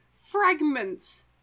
fragments